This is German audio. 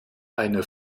eine